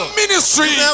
ministry